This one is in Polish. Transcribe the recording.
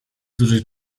dużej